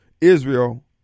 Israel